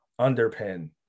underpin